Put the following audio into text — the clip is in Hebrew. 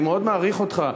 אני מאוד מעריך אותך,